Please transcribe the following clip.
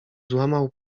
złamał